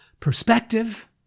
Perspective